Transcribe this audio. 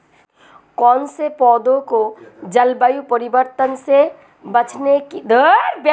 कौन से पौधे को जलवायु परिवर्तन से बचने की सबसे अधिक संभावना होती है?